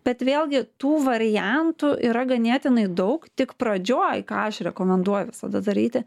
bet vėlgi tų variantų yra ganėtinai daug tik pradžioj ką aš rekomenduoju visada daryti